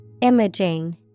Imaging